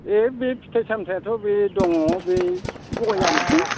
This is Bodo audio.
ओइ बे फिथाइ सामथायाथ' बे दङ बै गयआनोसै